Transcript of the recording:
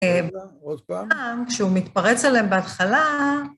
עוד פעם, כשהוא מתפרץ עליהם בהתחלה.